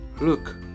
Look